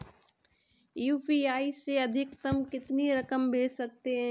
UPI से अधिकतम कितनी रकम भेज सकते हैं?